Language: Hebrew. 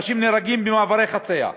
אנשים נהרגים במעברי חציה.